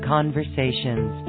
Conversations